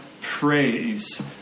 praise